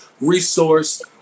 resource